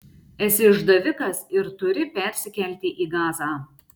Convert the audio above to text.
esi išdavikas ir turi persikelti į gazą